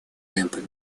темпами